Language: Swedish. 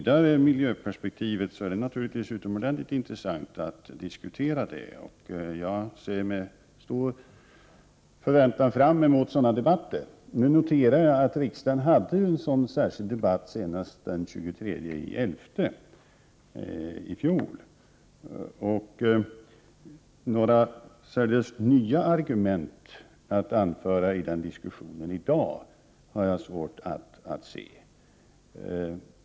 Det är naturligtvis utomordentligt intressant att diskutera det vidare miljöperspektivet, och jag ser med stor förväntan fram emot sådana debatter. Riksdagen hade ju en särskild miljödebatt senast den 23 november i fjol. Jag har svårt att se att det har framförts just några nya argument i den debatten under diskussionen i dag.